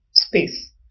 space